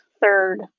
third